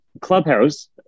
Clubhouse